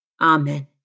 Amen